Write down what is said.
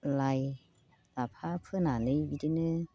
लाइ लाफा फोनानै बिदिनो